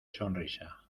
sonrisa